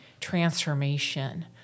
transformation